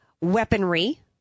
weaponry